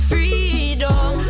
Freedom